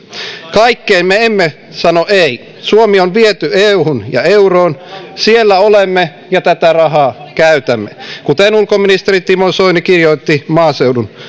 kaikkeen me emme sano ei suomi on viety euhun ja euroon siellä olemme ja tätä rahaa käytämme kuten ulkoministeri timo soini kirjoitti maaseudun